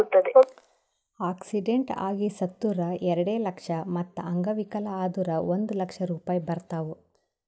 accident ಆಗಿ ಸತ್ತುರ್ ಎರೆಡ ಲಕ್ಷ, ಮತ್ತ ಅಂಗವಿಕಲ ಆದುರ್ ಒಂದ್ ಲಕ್ಷ ರೂಪಾಯಿ ಬರ್ತಾವ್